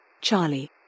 Charlie